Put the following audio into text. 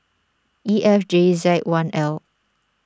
E F J Z one L